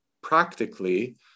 practically